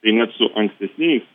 tai net su ankstesniais